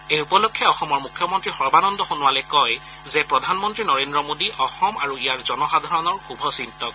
এই উপলক্ষে অসমৰ মুখ্যমন্ত্ৰী সৰ্বানন্দ সোণোৱালে কয় যে প্ৰধানমন্ত্ৰী নৰেন্দ্ৰ মোদী অসম আৰু ইয়াৰ জনসাধাৰণৰ শুভ চিন্তক